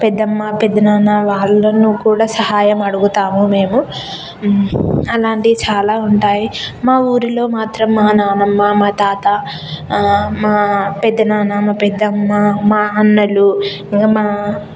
పెద్దమ్మ పెదనాన్న వాళ్ళను కూడా సహాయం అడుగుతాము మేము అలాంటివి చాలా ఉంటాయి మా ఊరిలో మాత్రం మా నానానమ్మ మా తాత మా పెదనాన్న మా పెద్దమ్మ మా అన్నలు ఇంకా మా